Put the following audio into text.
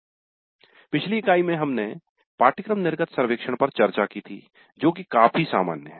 " पिछली इकाई में हमने पाठ्यक्रम निर्गत सर्वेक्षण पर चर्चा की थी जो कि काफी सामान्य है